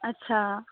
আচ্ছা